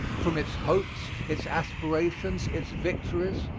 from its hopes, its aspirations, its victories,